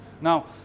Now